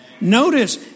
Notice